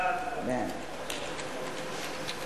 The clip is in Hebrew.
הצעת ועדת העבודה,